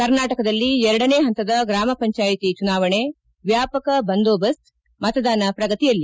ಕರ್ನಾಟಕದಲ್ಲಿ ಎರಡನೇ ಹಂತದ ಗ್ರಾಮ ಪಂಚಾಯಿತಿ ಚುನಾವಣೆ ವ್ಯಾಪಕ ಬಂದೋಬಸ್ತ್ ಮತದಾನ ಪ್ರಗತಿಯಲ್ಲಿ